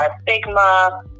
stigma